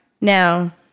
Now—